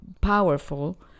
powerful